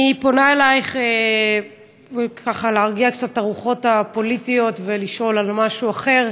אני פונה אלייך ככה להרגיע קצת את הרוחות הפוליטיות ולשאול על משהו אחר,